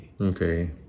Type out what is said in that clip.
Okay